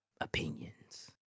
opinions